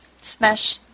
Smash